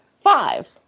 five